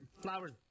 flowers